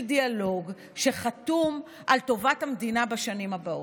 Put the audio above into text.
דיאלוג שחתום על טובת המדינה בשנים הבאות?